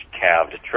calved